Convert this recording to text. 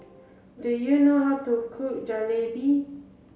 do you know how to cook Jalebi